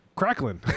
Crackling